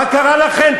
מה קרה לכם?